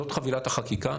זאת חבילת החקיקה,